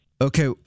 Okay